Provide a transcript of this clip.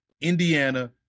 Indiana